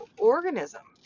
Organism